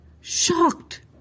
shocked